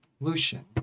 Lucian